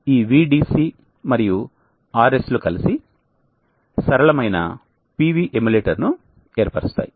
ఈ Vdc మరియు RS లు కలిసి సరళమైన PV ఎమ్యులేటర్ను ఏర్పరుస్తాయి